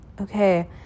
okay